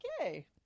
Okay